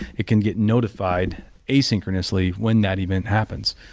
it can get notified asynchronously when that even happens.